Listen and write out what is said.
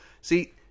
See